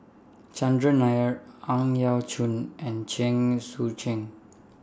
Chandran Nair Ang Yau Choon and Chen Sucheng